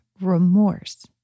remorse